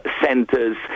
centres